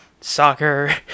soccer